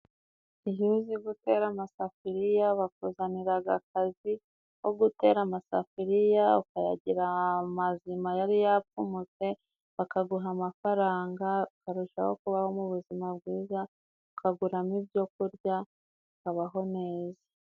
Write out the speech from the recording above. Iyo uzi gutera amasafuriya, bakuzaniraga akazi ko gutera amasafuriya ukayagira mazima yari yapfumutse, bakaguha amafaranga ukarushaho kubaho mu buzima bwiza, ukaguramo ibyo kurya ukabaho neza.